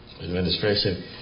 Administration